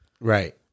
Right